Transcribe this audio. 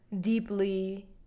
deeply